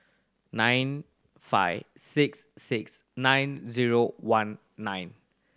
nine five six six nine zero one nine